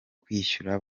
kwishyura